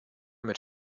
mit